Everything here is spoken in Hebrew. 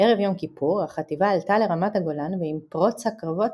בערב יום כיפור החטיבה עלתה לרמת הגולן ועם פרוץ הקרבות